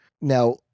Now